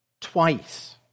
twice